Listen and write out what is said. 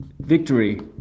victory